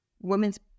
women's